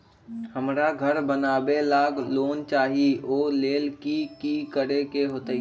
हमरा घर बनाबे ला लोन चाहि ओ लेल की की करे के होतई?